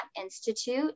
institute